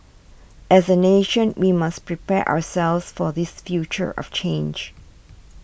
as a nation we must prepare ourselves for this future of change